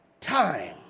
time